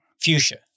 Fuchsia